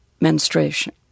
menstruation